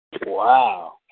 Wow